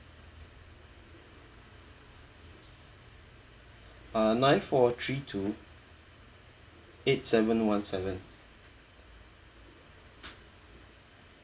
uh nine four three two eight seven one seven